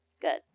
good